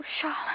Charlotte